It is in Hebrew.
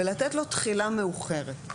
ולתת לו תחילה מאוחרת.